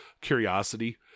curiosity